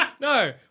no